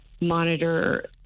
monitor